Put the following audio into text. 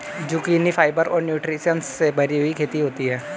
zucchini fibre और nutritions से भरी हुई होती है